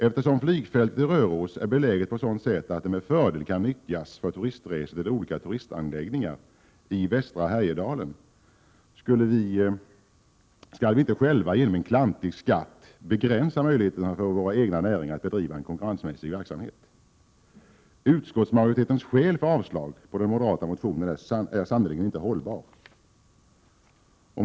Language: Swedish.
Eftersom flygfältet i Röros är beläget på sådant sätt att det med fördel kan nyttjas för turistresor till olika turistanläggningar i västra Härjedalen skall vi inte själva genom en ”klantig” skatt begränsa möjligheterna för våra egna näringar att bedriva en konkurrensmässig verksamhet. Utskottsmajoritetens skäl för att yrka avslag på den moderata motionen är sannerligen inte hållbart.